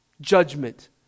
judgment